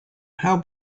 how